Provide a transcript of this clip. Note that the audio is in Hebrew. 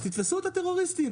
אז תתפסו את הטרוריסטים,